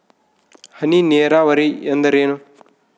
ಹನಿ ನೇರಾವರಿ ಎಂದರೇನು?